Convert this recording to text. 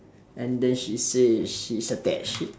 and then she say she's attached